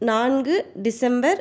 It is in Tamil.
நான்கு டிசம்பர்